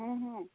ᱦᱮᱸ ᱦᱮᱸ